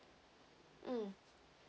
mm